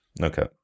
Okay